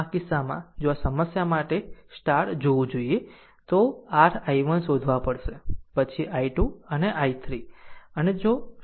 આમ આ કિસ્સામાં જો આ સમસ્યા માટે જોવું જોઈએ તો r i1 શોધવા પડશે પછી i2 પછી i3